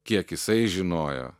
kiek jisai žinojo